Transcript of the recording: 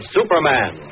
Superman